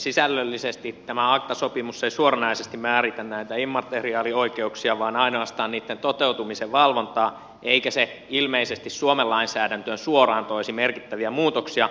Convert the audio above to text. sisällöllisesti tämä acta sopimus ei suoranaisesti määritä näitä immateriaalioikeuksia vaan ainoastaan niitten toteutumisen valvontaa eikä se ilmeisesti suomen lainsäädäntöön suoraan toisi merkittäviä muutoksia